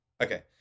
Okay